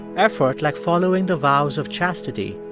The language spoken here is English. effort like following the vows of chastity,